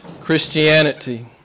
Christianity